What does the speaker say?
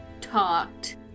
talked